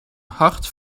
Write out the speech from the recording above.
hart